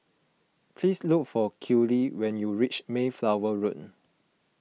please look for Kellie when you reach Mayflower Road